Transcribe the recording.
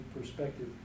perspective